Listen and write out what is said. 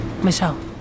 Michelle